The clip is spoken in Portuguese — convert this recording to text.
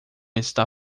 está